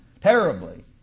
terribly